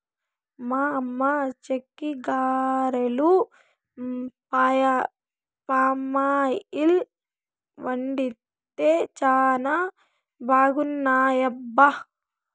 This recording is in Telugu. మా అమ్మ చెక్కిగారెలు పామాయిల్ వండితే చానా బాగున్నాయబ్బా